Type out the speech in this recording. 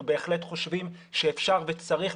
אנחנו בהחלט חושבים שאפשר וצריך,